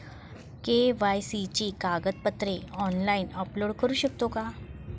KYC ची कागदपत्रे online upload करू शकतो का?